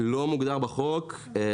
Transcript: נחסוך את הזמן של הוועדה.